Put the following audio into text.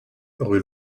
rue